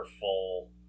full